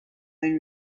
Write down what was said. own